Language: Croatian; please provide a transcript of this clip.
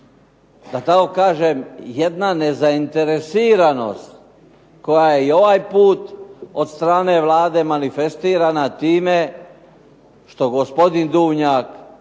da tako kažem jedna nezainteresiranost koja je i ovaj put od strane Vlade manifestirana time što gospodin Duvnjak